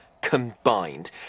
combined